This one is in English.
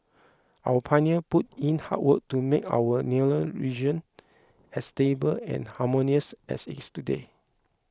our pioneer put in hard work to make our nearer region as stable and harmonious as it is today